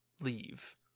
leave